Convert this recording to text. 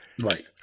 Right